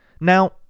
Now